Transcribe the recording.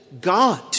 God